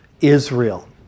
Israel